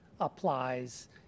applies